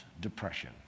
depression